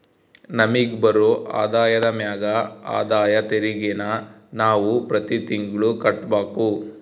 ನಮಿಗ್ ಬರೋ ಆದಾಯದ ಮ್ಯಾಗ ಆದಾಯ ತೆರಿಗೆನ ನಾವು ಪ್ರತಿ ತಿಂಗ್ಳು ಕಟ್ಬಕು